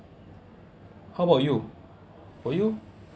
how about you for you